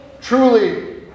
Truly